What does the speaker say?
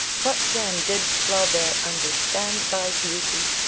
what, then, did flaubert understand by beauty,